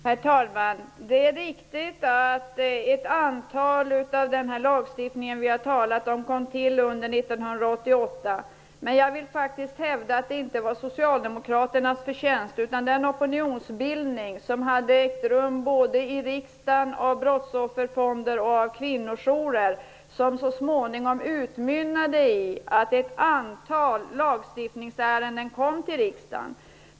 Herr talman! Det är riktigt att en del av den lagstiftning som vi har talat om kom till under 1988. Men jag vill faktiskt hävda att det inte var socialdemokraternas förtjänst. Den opinionsbildning som hade ägt rum i riksdagen med hjälp av brottsofferfonder och kvinnojourer utmynnade så småningom i att ett antal lagstiftningsärenden kom till riksdagen.